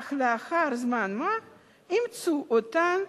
אך לאחר זמן מה אימצו אותן,